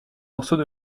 morceaux